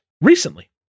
recently